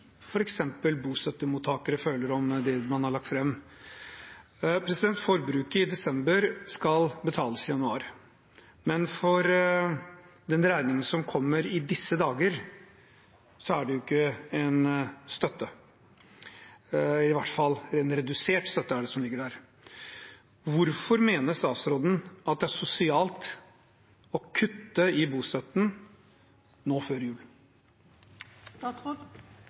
f.eks. bostøttemottakere – føler om det man har lagt fram. Forbruket i desember skal betales i januar. Men for den regningen som kommer i disse dager, er det jo ikke en støtte – det er i hvert fall en redusert støtte, det som ligger der. Hvorfor mener statsråden at det er sosialt å kutte i bostøtten nå før